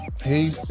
hey